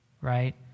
right